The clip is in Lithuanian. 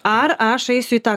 ar aš eisiu į tą